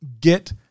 Get